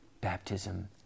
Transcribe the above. baptism